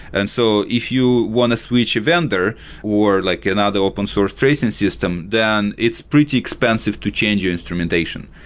and so, if you want to switch vendor or like in other open source tracing system, then it's pretty expensive to change your instrumentation.